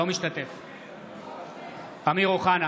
אינו משתתף בהצבעה אמיר אוחנה,